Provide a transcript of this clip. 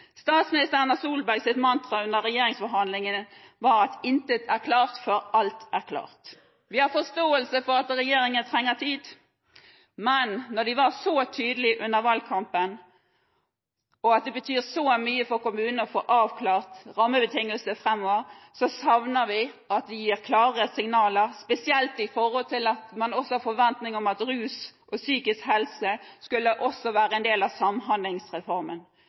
Statsminister Erna Solbergs mantra under regjeringsforhandlingene var at intet er klart før alt er klart. Vi har forståelse for at regjeringen trenger tid, men når de var så tydelige under valgkampen, og når det betyr så mye for kommunene å få avklart rammebetingelsene framover, savner vi at de gir klarere signaler, spesielt når det gjelder forventningene om at rus og psykisk helse også skulle være en del av Samhandlingsreformen.